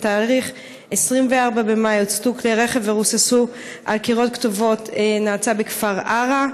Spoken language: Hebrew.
בתאריך ה-24 במאי הוצתו כלי רכב ורוססו על קירות כתובות נאצה בכפר עארה,